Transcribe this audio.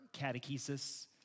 catechesis